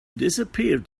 disappeared